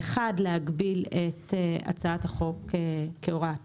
א', להגביל את הצעת החוק כהוראת שעה.